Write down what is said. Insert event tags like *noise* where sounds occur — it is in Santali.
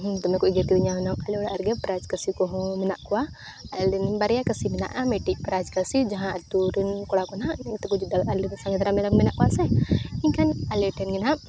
ᱫᱚᱢᱮ ᱠᱚ ᱮᱜᱮᱨ ᱠᱤᱫᱤᱧᱟ ᱦᱩᱱᱟᱹᱝ ᱟᱞᱮ ᱚᱲᱟᱜ ᱨᱮᱜᱮ ᱯᱨᱟᱭᱤᱡ ᱠᱟᱹᱥᱤ ᱠᱚᱦᱚᱸ ᱢᱮᱱᱟᱜ ᱠᱚᱣᱟ ᱟᱞᱮ ᱨᱮᱱ ᱵᱟᱨᱭᱟ ᱠᱟᱹᱥᱤ ᱢᱮᱱᱟᱜᱼᱟ ᱢᱤᱫᱴᱮᱱ ᱯᱨᱟᱭᱤᱡ ᱠᱟᱹᱥᱤ ᱡᱟᱦᱟᱸ ᱟᱹᱛᱩ ᱨᱮᱱ ᱠᱚᱲᱟ ᱠᱚ ᱱᱟᱦᱟᱸᱜ *unintelligible* ᱟᱞᱮ ᱨᱮᱱ ᱥᱟᱸᱜᱮ ᱫᱷᱟᱨᱟ ᱢᱮᱨᱚᱢ ᱢᱮᱱᱟᱜ ᱠᱚᱣᱟ ᱥᱮ ᱮᱱᱠᱷᱟᱱ ᱟᱞᱮ ᱴᱷᱮᱱ ᱜᱮ ᱦᱟᱸᱜ